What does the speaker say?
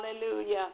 hallelujah